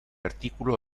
artículo